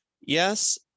Yes